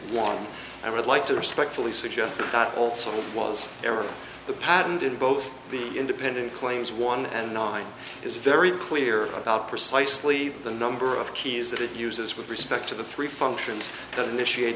one i would like to respectfully suggest that also was never the patent in both the independent claims one and i is very clear about precisely the number of keys that it uses with respect to the three functions t